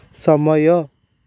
ସମୟ